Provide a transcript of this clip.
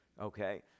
okay